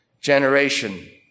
generation